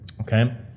Okay